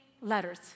letters